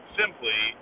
simply